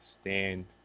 Stand